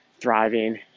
thriving